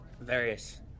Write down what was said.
various